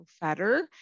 fatter